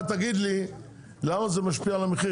אתה תגיד לי למה זה משפיע על המחיר